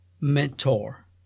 mentor